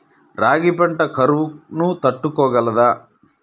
రాగి పంట కరువును తట్టుకోగలదా?